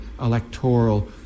electoral